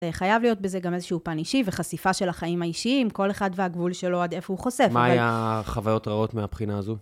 חייב להיות בזה גם איזשהו פן אישי וחשיפה של החיים האישיים, כל אחד והגבול שלו עד איפה הוא חושף. מה היה חוויות רעות מהבחינה הזו?